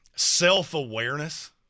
self-awareness